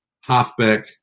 Halfback